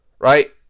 right